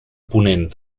ponent